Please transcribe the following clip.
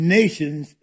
nations